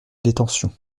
détention